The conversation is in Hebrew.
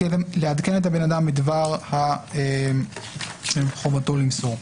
לעדכן את הבן אדם בדבר חובתו למסור.